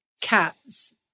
cats